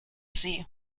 sie